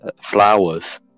flowers